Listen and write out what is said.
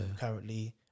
currently